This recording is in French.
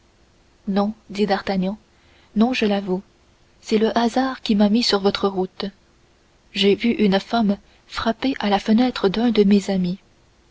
non dit d'artagnan non je l'avoue c'est le hasard qui m'a mis sur votre route j'ai vu une femme frapper à la fenêtre d'un de mes amis